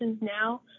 now